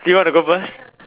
do you want to go first